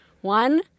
One